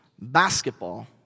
basketball